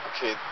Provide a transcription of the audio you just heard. okay